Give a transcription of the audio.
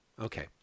Okay